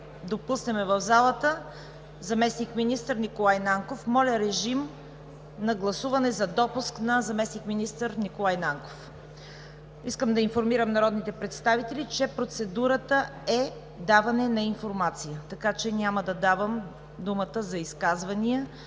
допуснем в залата заместник-министър Николай Нанков. Моля, режим на гласуване за допуск на заместник-министър Николай Нанков. Искам да информирам народните представители, че процедурата е даване на информация, така че няма да давам думата за изказвания